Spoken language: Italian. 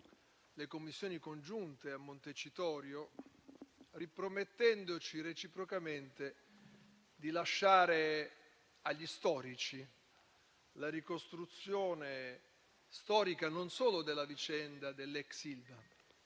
le Commissioni congiunte a Montecitorio, ripromettendoci reciprocamente di lasciare agli storici la ricostruzione non solo della vicenda dell'ex Ilva,